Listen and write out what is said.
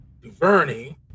DuVernay